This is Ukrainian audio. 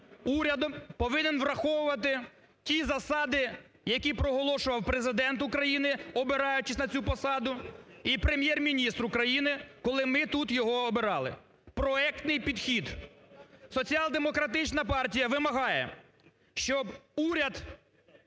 уряд повинен враховувати ті засади, які проголошував Президент України, обираючись на цю посаду, і Прем'єр-міністр України, коли ми тут його обирали – проектний підхід. Соціал-демократична партія вимагає, щоб уряд,